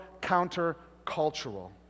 counter-cultural